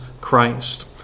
christ